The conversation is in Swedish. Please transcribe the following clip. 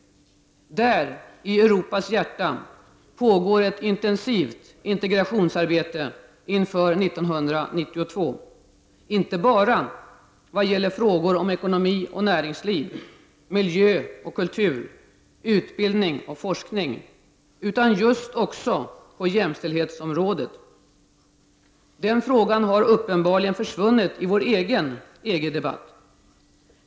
Där, i Europas hjärta, pågår ett intensivt integrationsarbete inför 1992 — inte bara vad gäller frågor om ekonomi och näringsliv, miljö och kultur, utbildning och forskning utan just också på jämställdhetsområdet. Den frågan har uppenbarligen försvunnit i vår egen EG debatt.